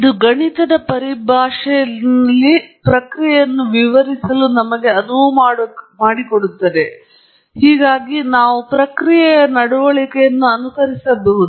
ಇದು ಗಣಿತದ ಪರಿಭಾಷೆಯಲ್ಲಿ ಪ್ರಕ್ರಿಯೆಯನ್ನು ವಿವರಿಸಲು ನಮಗೆ ಅನುವು ಮಾಡಿಕೊಡುತ್ತದೆ ಹೀಗಾಗಿ ನಾವು ಪ್ರಕ್ರಿಯೆಯ ನಡವಳಿಕೆಯನ್ನು ಅನುಕರಿಸಬಹುದು